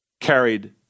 carried